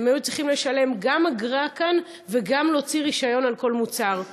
הם היו צריכים גם לשלם אגרה כאן וגם להוציא רישיון על כל מוצר.